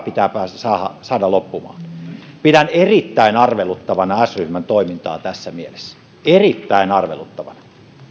pitää saada loppumaan pidän erittäin arveluttavana s ryhmän toimintaa tässä mielessä erittäin arveluttavana